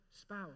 spouse